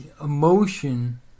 emotion